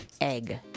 egg